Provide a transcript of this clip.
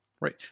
right